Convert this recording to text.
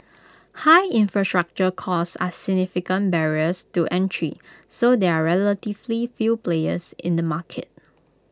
high infrastructure costs are significant barriers to entry so there are relatively few players in the market